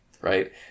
right